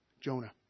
Jonah